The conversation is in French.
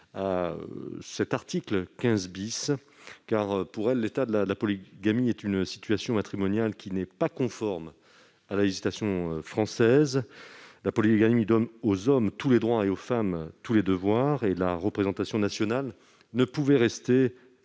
l'article 15 . En effet, à ses yeux, la polygamie est une situation matrimoniale qui n'est pas conforme à la législation française. La polygamie donne aux hommes tous les droits et aux femmes, tous les devoirs. La représentation nationale ne pouvait rester